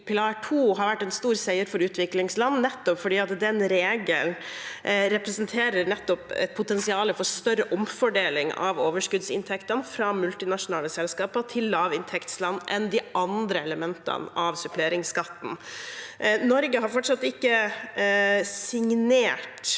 pilar 2, har vært en stor seier for utviklingsland, fordi den regelen representerer et potensial for større omfordeling av overskuddsinntektene, fra multinasjonale selskaper til lavinntektsland, enn de andre elementene av suppleringsskatten. Norge har fortsatt ikke signert